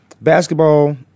basketball